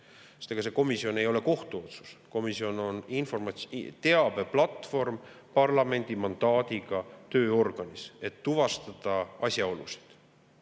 See komisjon ei ole kohtuotsus. Komisjon on teabeplatvorm parlamendi mandaadiga tööorganis, et tuvastada asjaolusid.